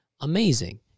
amazing